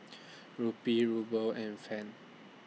Rupee Ruble and Franc